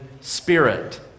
spirit